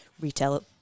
retail